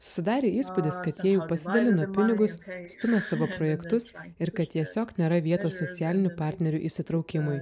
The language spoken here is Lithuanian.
susidarė įspūdis kad jie jau pasidalino pinigus stumiasi projektus ir kad tiesiog nėra vietos socialinių partnerių įsitraukimui